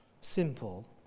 Simple